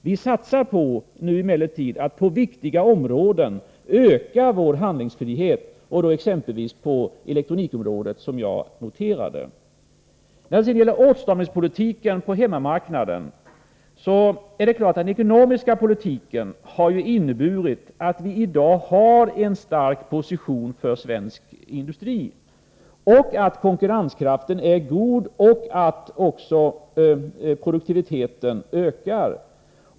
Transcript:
Vi satsar nu emellertid på att på viktiga områden öka vår handlingsfrihet, exempelvis på elektronikområdet, som jag noterade. När det gäller åtstramningspolitiken på hemmamarknaden vill jag säga att det är klart att den ekonomiska politiken har inneburit att vi i dag har en stark position för svensk industri, att konkurrenskraften är god och att produktiviteten ökar.